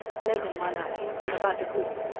megan mullally, about the group.